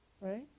Right